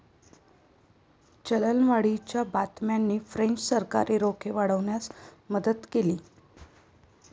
चलनवाढीच्या बातम्यांनी फ्रेंच सरकारी रोखे वाढवण्यास मदत केली